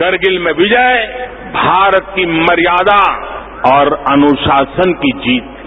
करणिल में विजय भारत की मर्याता और अनुशासन की जीत थी